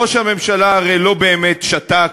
ראש הממשלה הרי לא באמת שתק,